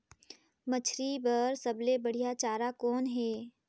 मछरी बर सबले बढ़िया चारा कौन हे?